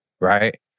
Right